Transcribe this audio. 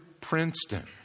Princeton